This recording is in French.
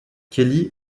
kelly